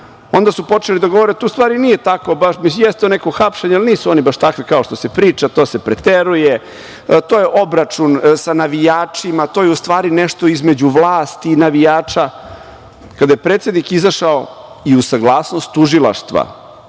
onda su počeli da govore – to u stvari nije tako baš, mislim, jeste neko hapšenje, ali nisu oni baš takvi kao što se priča, to se preteruje, to je obračun sa navijačima, to je u stvari nešto između vlasti i navijača. Kada je predsednik izašao i uz saglasnost tužilaštva,